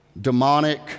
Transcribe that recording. demonic